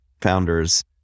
founders